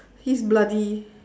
he's bloody